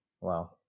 Wow